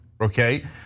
okay